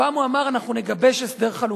הפעם הוא אמר: אנחנו נגבש הסדר חלופי.